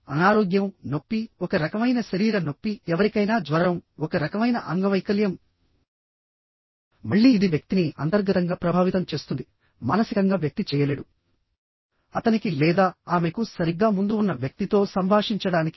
అనారోగ్యంనొప్పి ఒక రకమైన శరీర నొప్పి ఎవరికైనా జ్వరం ఒక రకమైన అంగవైకల్యం మళ్ళీ ఇది వ్యక్తిని అంతర్గతంగా ప్రభావితం చేస్తుంది మానసికంగా వ్యక్తి చేయలేడు అతనికి లేదా ఆమెకు సరిగ్గా ముందు ఉన్న వ్యక్తితో సంభాషించడానికి